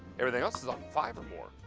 everything else is um five or more.